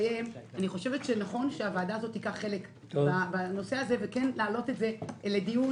הסתיים אני חושבת שנכון שהוועדה הזאת תיקח חלק בנושא ותעלה את זה לדיון.